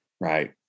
right